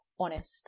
Honest